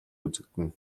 үзэгдэнэ